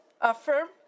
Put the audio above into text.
affirm